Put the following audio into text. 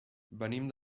venim